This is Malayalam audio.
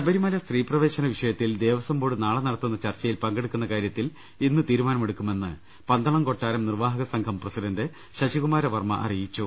ശബരിമല സ്ത്രീപ്രവേശന വിഷയത്തിൽ ദേവസ്വം ബോർഡ് നാളെ നടത്തുന്ന ചർച്ചയിൽ പങ്കെടുക്കുന്ന കാര്യത്തിൽ ഇന്ന് തീരുമാനമെടുക്കുമെന്ന് പന്തളം കൊട്ടാരം നിർവ്വാഹകസംഘം പ്രസിഡന്റ് ശശികുമാര വർമ്മ അറിയിച്ചു